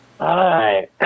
Hi